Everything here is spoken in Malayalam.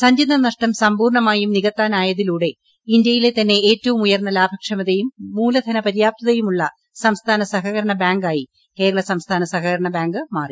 സഞ്ചിതനഷ്ടം സമ്പൂർണ്ണമായും നികത്താനായതിലൂടെ ഇന്തൃയിലെ തന്നെ ഏറ്റവും ഉയർന്ന ലാഭക്ഷമതയും മൂലധന പര്യാപ്തതയുമുള്ള സംസ്ഥാന സഹകരണ ബാങ്കായി കേരള സംസ്ഥാന സഹകരണബാങ്ക് മാറി